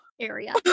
area